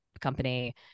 company